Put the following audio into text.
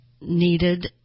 needed